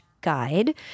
guide